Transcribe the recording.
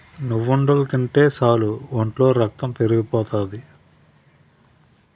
నువ్వుండలు తింటే సాలు ఒంట్లో రక్తం పెరిగిపోతాయి